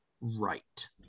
right